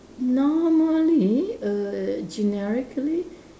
normally err generically